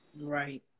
Right